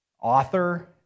author